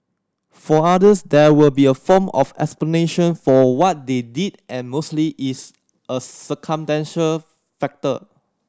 for others there will be a form of explanation for what they did and mostly is a circumstantial factor